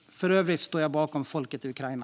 För övrigt står jag bakom folket i Ukraina.